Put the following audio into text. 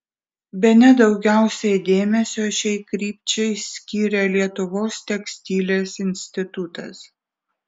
bene daugiausiai dėmesio šiai krypčiai skiria lietuvos tekstilės institutas